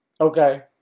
okay